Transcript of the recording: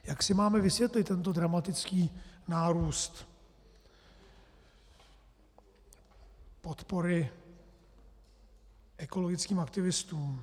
Jak si máme vysvětlit tento dramatický nárůst podpory ekologickým aktivistům?